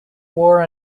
war